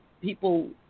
people